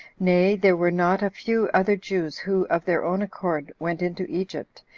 nay, there were not a few other jews who, of their own accord, went into egypt,